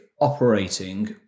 operating